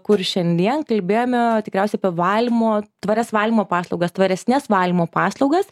kur šiandien kalbėjome tikriausiai apie valymo tvarias valymo paslaugas tvaresnes valymo paslaugas